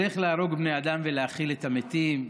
על איך להרוג בני אדם ולהכיל את המתים.